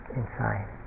inside